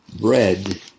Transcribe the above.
bread